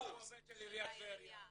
הוא עובד של עירית טבריה.